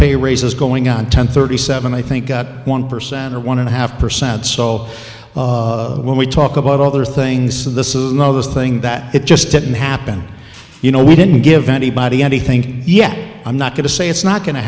pay raises going on ten thirty seven i think at one percent or one and a half percent so when we talk about other things that this is no this thing that it just didn't happen you know we didn't give anybody anything yet i'm not going to say it's not going to